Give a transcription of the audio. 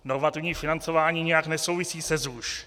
Normativní financování nijak nesouvisí se ZUŠ.